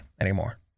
anymore